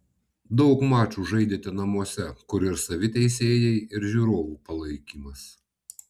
daug mačų žaidėte namuose kur ir savi teisėjai ir žiūrovų palaikymas